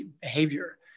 behavior